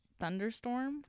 thunderstorm